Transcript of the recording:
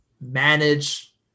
manage